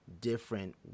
different